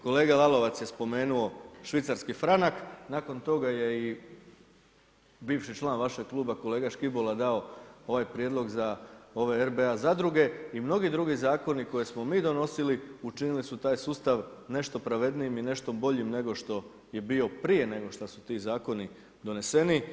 Kolega Lalovac je spomenuo švicarski franak, nakon toga je i bivši član vašeg kluba kolega Škibola dao ovaj prijedlog za ove RBA zadruge i mnogi drugi zakoni koje smo mi donosili učinili su taj sustav nešto pravednijim i nešto boljim nego što je bio prije nego što su ti zakoni doneseni.